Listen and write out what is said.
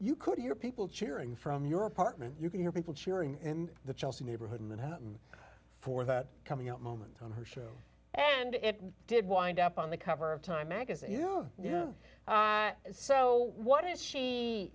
you could hear people cheering from your apartment you can hear people cheering in the chelsea neighborhood and happen for that coming out moment on her show and it did wind up on the cover of time magazine you know so what is she